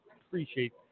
appreciate